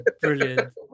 brilliant